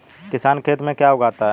किसान खेत में क्या क्या उगाता है?